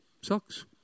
sucks